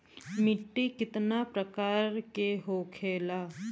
मिट्टी कितना प्रकार के होखेला?